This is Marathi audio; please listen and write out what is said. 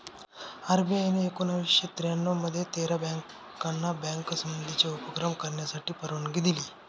आर.बी.आय ने एकोणावीसशे त्र्यानऊ मध्ये तेरा बँकाना बँक संबंधीचे उपक्रम करण्यासाठी परवानगी दिली